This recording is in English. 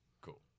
Cool